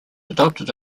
adopted